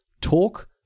talk